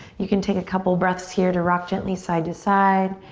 you can take a couple breaths here to rock gently side to side.